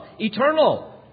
eternal